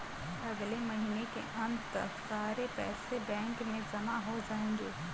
अगले महीने के अंत तक सारे पैसे बैंक में जमा हो जायेंगे